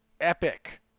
epic